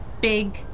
big